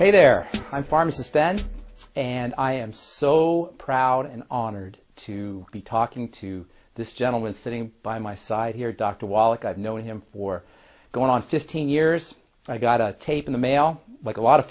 hey there i'm pharmacist ben and i am so proud and honored to be talking to this gentleman sitting by my side here dr wallach i've known him for going on fifteen years i got a tape in the mail like a lot of